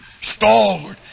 stalwart